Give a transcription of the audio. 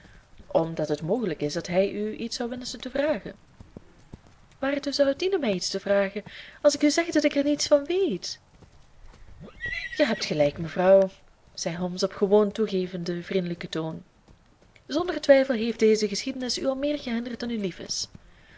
omdat het mogelijk is dat hij u iets zou wenschen te vragen waartoe zou het dienen mij iets te vragen als ik u zeg dat ik er niets van weet ge hebt gelijk mevrouw zei holmes op gewonen toegevend vriendelijken toon zonder twijfel heeft deze geschiedenis u al meer gehinderd dan u lief is